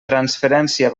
transferència